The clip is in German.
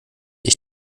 ich